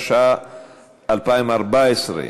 התשע"ה 2014,